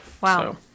Wow